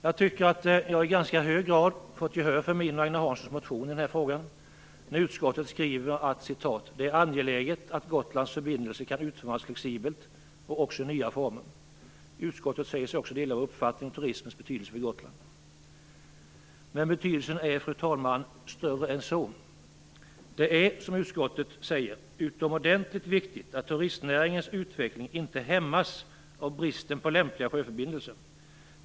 Jag tycker att jag i ganska hög grad fått gehör för min och Agne Hanssons motion i denna fråga när utskottet skriver att det är angeläget att Gotlands förbindelser kan utformas flexibelt och också i nya former. Utskottet säger sig också dela vår uppfattning om turismens betydelse för Gotland. Fru talman! Betydelsen är större än så. Det är, som utskottet säger, utomordentligt viktigt att turistnäringens utveckling inte hämmas av bristen på lämpliga sjöförbindelser.